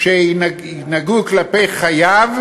שינהגו כלפי חייב,